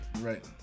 Right